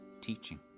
teaching